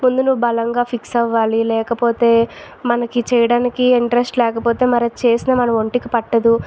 ముందు నువ్వు బలంగా ఫిక్స్ అవ్వాలి లేకపోతే మనకి చేయడానికి ఇంట్రెస్ట్ లేకపోతే మరి చేసినా మనకు ఒంటికి పట్టదు